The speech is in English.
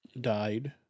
died